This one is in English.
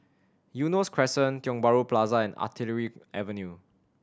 Eunos Crescent Tiong Bahru Plaza and Artillery Avenue